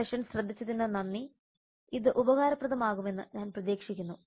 ഈ സെഷൻ ശ്രദ്ധിച്ചതിന് നന്ദി ഇത് ഉപകാരപ്രദമാകുമെന്ന് ഞാൻ പ്രതീക്ഷിക്കുന്നു